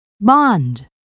bond